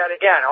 again